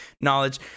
knowledge